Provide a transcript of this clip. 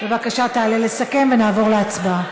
בבקשה תעלה לסכם, ונעבור להצבעה.